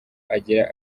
agera